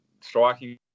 striking